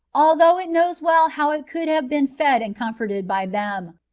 although it knows well how it could have been fed and comforted by them,